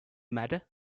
matter